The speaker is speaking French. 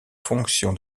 fonction